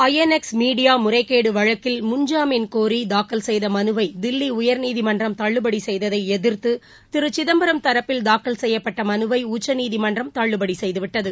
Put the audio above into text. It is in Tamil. ஐ என் எக்ஸ் மீடியா முறைகேடு வழக்கில் முன் ஜாமீன் கோரி தாக்கல் செய்த மனுவை தில்லி உயர்நீதிமன்றம் தள்ளுபடி செய்ததை எதிர்த்து திரு சிதம்பரம் தரப்பில் தாக்கல் செய்யப்பட்ட மனுவை உச்சநீதிமன்றம் தள்ளுபடி செய்துவிட்டது